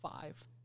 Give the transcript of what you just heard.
five